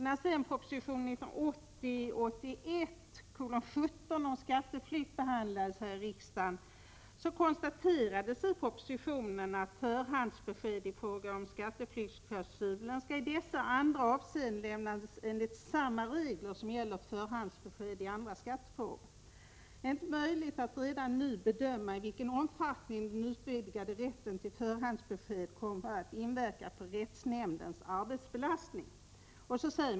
När proposition 1980/81:17 om skatteflykt behandlades här i riksdagen konstaterade man följande i propositionen: Förhandsbesked i fråga om skatteflyktsklausulen skall i dessa och andra avseenden lämnas enligt samma regler som gäller för förhandsbesked i andra skattefrågor. Det är inte möjligt att redan nu bedöma i vilken omfattning den utvidgade rätten till förhandsbesked kommer att inverka på rättsnämndens arbetsbelastning.